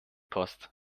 post